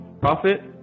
prophet